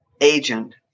agent